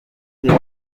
igihe